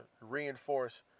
reinforce